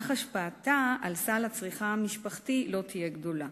אך השפעתה על סל הצריכה המשפחתי לא תהיה גדולה.